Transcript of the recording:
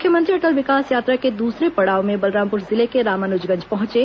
मुख्यमंत्री अटल विकास यात्रा के दूसरे पड़ाव में बलरामपुर जिले के रामानुजगंज पहंचे